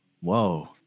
Whoa